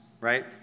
right